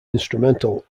instrumental